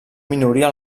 minoria